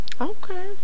Okay